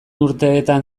urteetan